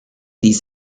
these